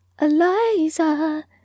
Eliza